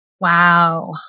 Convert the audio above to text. Wow